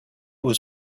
was